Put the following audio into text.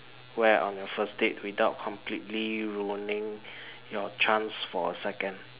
wear on your first date without completely ruining your chance for a second